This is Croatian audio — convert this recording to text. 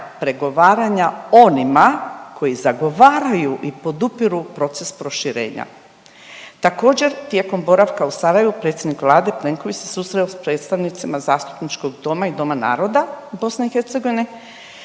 pregovaranja onima koji zagovaraju i podupiru proces proširenja. Također, tijekom boravka u Sarajevu predsjednik Vlade Plenković se susreo s predstavnicima Zastupničkog doma i Doma naroda BiH